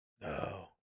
No